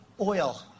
oil